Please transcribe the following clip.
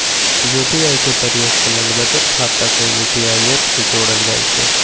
UPI के प्रयोग के लेल बचत खता के यू.पी.आई ऐप से जोड़ल जाइ छइ